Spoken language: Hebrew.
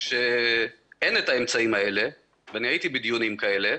כשאין האמצעים האלה, והייתי בדיונים כאלה,